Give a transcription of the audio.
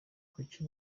kuki